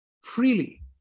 freely